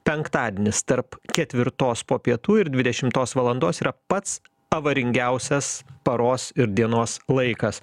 penktadienis tarp ketvirtos po pietų ir dvidešimtos valandos yra pats avaringiausias paros ir dienos laikas